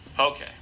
Okay